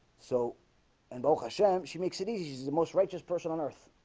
so and okasha, she makes it easy the most righteous person on earth